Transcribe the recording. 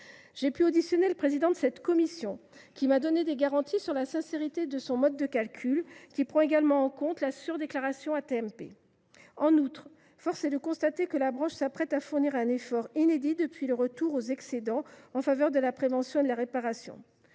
J’ai auditionné le président de cette commission. Il m’a donné des garanties sur la sincérité de son mode de calcul, qui prend également en compte la surdéclaration des AT MP. En outre, force est de constater que la branche s’apprête à fournir un effort inédit depuis le retour aux excédents en faveur de la prévention et de la réparation.